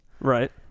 Right